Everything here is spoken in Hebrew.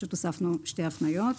הוספנו שתי הפניות.